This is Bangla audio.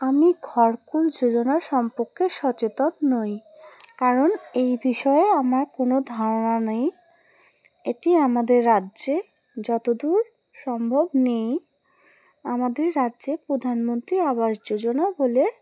আমি ঘরকুল যোজনা সম্পর্কে সচেতন নই কারণ এই বিষয়ে আমার কোনো ধারণা নেই এটি আমাদের রাজ্যে যতদূর সম্ভব নেই আমাদের রাজ্যে প্রধানমন্ত্রী আবাস যোজনা বলে